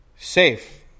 Safe